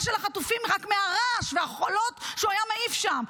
של החטופים רק מהרעש והחולות שהוא היה מעיף שם.